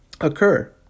occur